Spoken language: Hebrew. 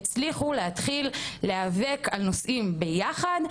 הן הצליחו להיאבק על נושאים ביחד,